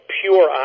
pure